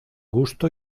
gusto